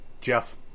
Jeff